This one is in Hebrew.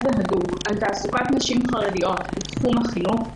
והדוק על תעסוקת נשים חרדיות בתחום החינוך,